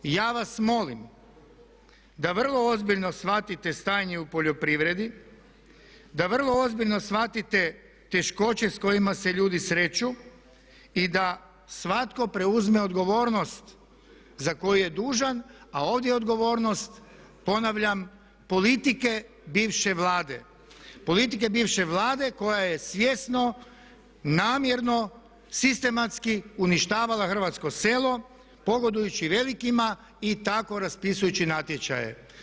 I ja vas molim da vrlo ozbiljno shvatite stanje u poljoprivredi, da vrlo ozbiljno shvatite teškoće s kojima se ljudi sreću i da svatko preuzme odgovornost za koju je dužan a ovdje je odgovornost ponavljam politike bivše Vlade, politike bivše Vlade koja je svjesno, namjerno, sistematski uništavala hrvatsko selo pogodujući velikima i tako raspisujući natječaje.